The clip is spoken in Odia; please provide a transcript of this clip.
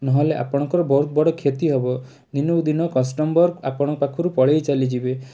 ନହେଲେ ଆପଣଙ୍କର ବହୁତ ବଡ଼ କ୍ଷତି ହବ ଦିନକୁ ଦିନ କଷ୍ଟମର୍ ଆପଣଙ୍କ ପାଖରୁ ପଳେଇ ଚାଲିଯିବେ